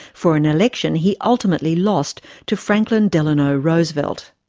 for an election he ultimately lost to franklin delano roosevelt.